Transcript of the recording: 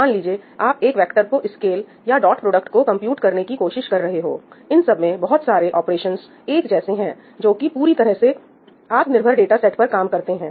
मान लीजिए आप एक वेक्टर को स्केल या डॉट प्रोडक्ट को कंप्यूट करने की कोशिश कर रहे हो इन सब में बहुत सारे ऑपरेशंस एक जैसे हैंजो की पूरी तरह से आत्मनिर्भर डाटा सेट पर काम करते हैं